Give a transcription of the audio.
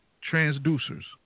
transducers